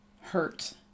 hurt